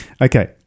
Okay